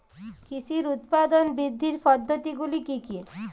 কৃষির উৎপাদন বৃদ্ধির পদ্ধতিগুলি কী কী?